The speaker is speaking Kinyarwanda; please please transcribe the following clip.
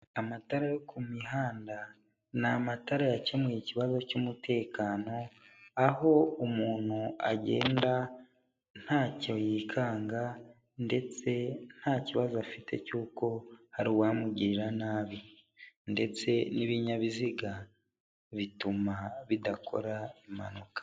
Amatara yo ku mihanda ni amatara yakemuye ikibazo cy'umutekano, aho umuntu agenda ntacyo yikanga ndetse nta kibazo afite cy'uko hari uwamugirira nabi, ndetse n'ibinyabiziga bituma bidakora impanuka.